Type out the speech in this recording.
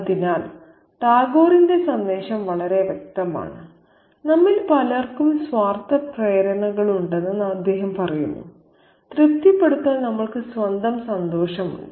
അതിനാൽ ടാഗോറിന്റെ സന്ദേശം വളരെ വ്യക്തമാണ് നമ്മിൽ പലർക്കും സ്വാർത്ഥ പ്രേരണകളുണ്ടെന്ന് അദ്ദേഹം പറയുന്നു തൃപ്തിപ്പെടുത്താൻ നമ്മൾക്ക് സ്വന്തം സന്തോഷമുണ്ട്